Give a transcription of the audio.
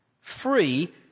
Free